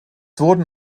wurden